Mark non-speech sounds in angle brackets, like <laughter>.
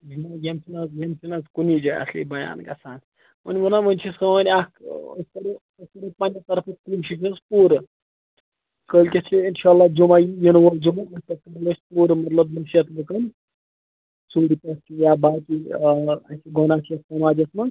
<unintelligible> یِم چھِنہِ آز یِم چھِنہِ آز کُنے جاے اَصلی بیان گَژھان وۄنۍ وَنو وۄنۍ چھِ سٲنۍ اَکھ ٲں أسۍ کَرو أسۍ کَرو پننہِ طرفہٕ کوشش حظ پورٕ کٲلکٮ۪تھ چھُ اِنشاء اللہ جمعہ ینہٕ وول جمعہ تَتھ پٮ۪ٹھ کرو أسۍ پورٕ مطلب نصیٖحت لوکن ژوٗرِ پٮ۪ٹھ یا باقٕے ٲں اسہِ گۄناہ چھِ یتھ سَماجس منٛز